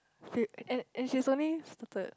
few and and she's only started